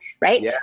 right